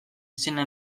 izena